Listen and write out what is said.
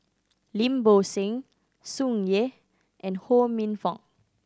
Lim Bo Seng Tsung Yeh and Ho Minfong